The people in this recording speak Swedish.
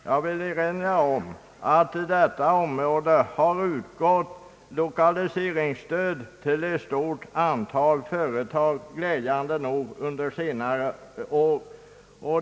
Jag vill erinra om att det i detta område har utgått lokaliseringsstöd till ett stort antal företag, glädjande nog, under senare år.